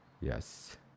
Yes